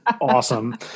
awesome